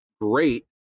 great